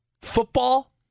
football